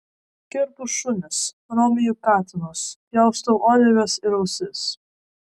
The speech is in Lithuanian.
kerpu šunis romiju katinus pjaustau uodegas ir ausis